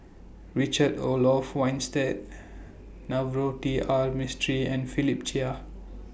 Richard Olaf Winstedt Navroji R Mistri and Philip Chia